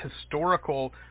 historical